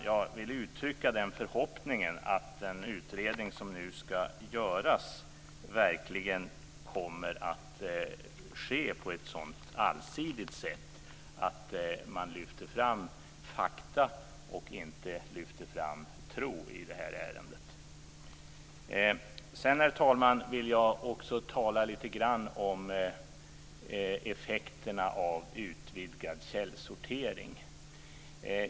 Jag vill uttrycka förhoppningen att den utredning som nu ska göras verkligen kommer att ske på ett så allsidigt sätt att man lyfter fram fakta och inte tro i det här ärendet. Sedan, herr talman, vill jag också tala lite grann om effekterna av utvidgad källsortering.